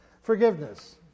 Forgiveness